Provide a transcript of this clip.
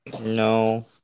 No